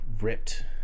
ripped